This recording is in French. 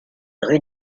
rue